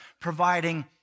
providing